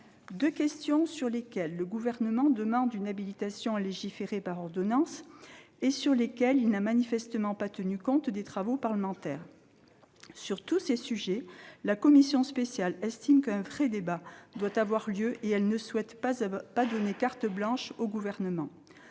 deux questions sur lesquelles le Gouvernement demande une habilitation à légiférer par ordonnance, sans manifestement avoir tenu compte des travaux parlementaires. Sur tous ces sujets, la commission spéciale estime qu'un vrai débat doit avoir lieu et elle ne souhaite pas donner carte blanche au Gouvernement.